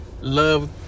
Love